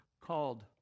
called